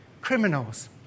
criminals